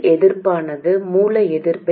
இதுவே வலுவான நிலை